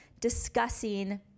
discussing